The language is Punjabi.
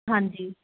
ਹਾਂਜੀ